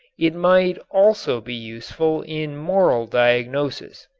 it might also be useful in moral diagnosis.